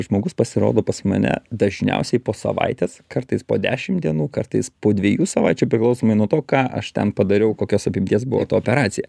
žmogus pasirodo pas mane dažniausiai po savaitės kartais po dešim dienų kartais po dviejų savaičių priklausomai nuo to ką aš ten padariau kokios apimties buvo operacija